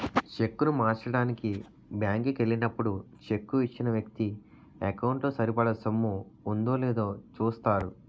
చెక్కును మార్చడానికి బ్యాంకు కి ఎల్లినప్పుడు చెక్కు ఇచ్చిన వ్యక్తి ఎకౌంటు లో సరిపడా సొమ్ము ఉందో లేదో చూస్తారు